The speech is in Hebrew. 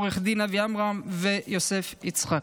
עו"ד אבי עמרם ויוסף יצחק.